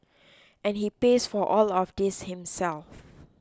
and he pays for all of this himself